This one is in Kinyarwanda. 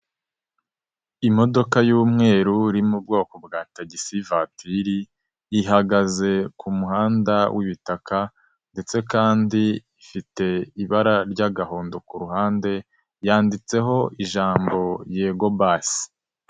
Imodoka y'umweru iri mu bwoko bwa tagisi vatiri ihagaze ku muhanda w'ibitaka ndetse kandi ifite ibara ry'agahondo ku ruhande, yanditseho ijambo yego basi.